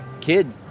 Kid